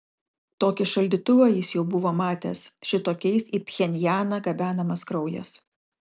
tokį šaldytuvą jis jau buvo matęs šitokiais į pchenjaną gabenamas kraujas